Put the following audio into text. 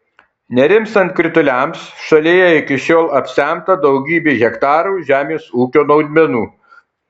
nerimstant krituliams šalyje iki šiol apsemta daugybė hektarų žemės ūkio naudmenų